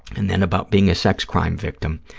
and then about being a sex crime victim,